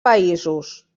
països